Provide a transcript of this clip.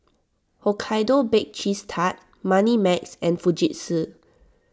Hokkaido Baked Cheese Tart Moneymax and Fujitsu